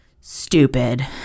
stupid